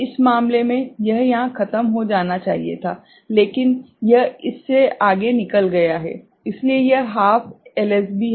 इस मामले में यह यहां खत्म हो जाना चाहिए था लेकिन यह इस से आगे निकल गया है इसलिए यह प्लस हाफ एलएसबी है